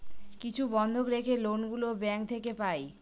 কিছু বন্ধক রেখে লোন গুলো ব্যাঙ্ক থেকে পাই